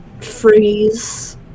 freeze